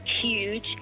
huge